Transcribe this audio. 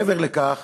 מעבר לכך